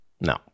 No